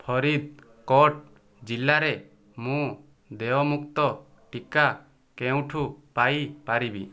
ଫରିଦକୋଟ ଜିଲ୍ଲାରେ ମୁଁ ଦେୟମୁକ୍ତ ଟିକା କେଉଁଠୁ ପାଇପାରିବି